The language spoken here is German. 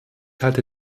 halte